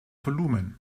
volumen